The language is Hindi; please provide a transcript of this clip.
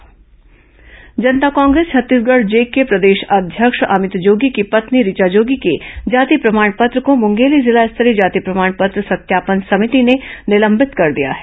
ऋचा जोगी जाति निरस्त जनता कांग्रेस छत्तीसगढ़ जे के प्रदेश अध्यक्ष अमित जोगी की पत्नी ऋचा जोगी के जाति प्रमाण पत्र को मूंगेली जिला स्तरीय जाति प्रमाण पत्र सत्यापन समिति ने निलंबित कर दिया है